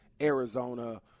Arizona